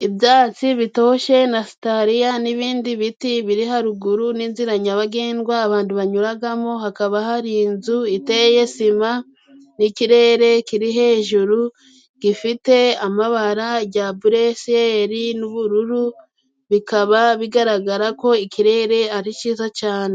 Ibyatsi bitoshye na sitaliya n'ibindi biti biri haruguru n'inzira nyabagendwa abantu banyuragamo hakaba hari inzu iteye sima n'ikirere kiri hejuru gifite amabara jya buresiyeri n'ubururu bikaba bigaragara ko ikirere ari ciza cane.